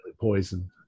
poison